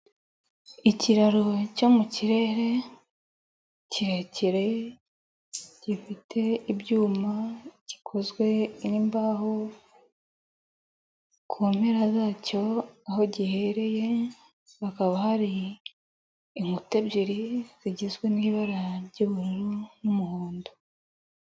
Ikiraro cyo mu kirere kirekire, gifite ibyuma, gikozwe n'imbaho, ku mpera zacyo aho giheherereye hakaba hari inkuta ebyiri, zigizwe n'ibara ry'ubururu n'umuhondo.